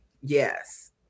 Yes